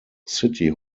city